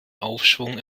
aufschwung